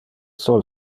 sol